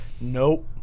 Nope